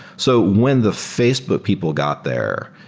so when the facebook people got there,